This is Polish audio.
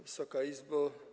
Wysoka Izbo!